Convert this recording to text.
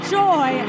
joy